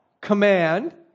command